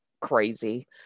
crazy